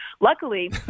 Luckily